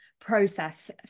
process